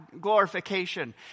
glorification